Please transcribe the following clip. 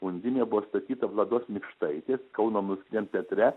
undinė buvo statyta vlados mikštaitės kauno muzikiniam teatre